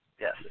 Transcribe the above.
Yes